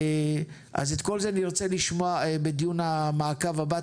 את כל זה נרצה לשמוע בדיון המעקב הבא.